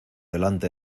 delante